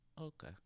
Okay